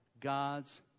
God's